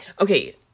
Okay